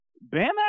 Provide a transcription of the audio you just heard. Bam